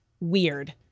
weird